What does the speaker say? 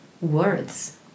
words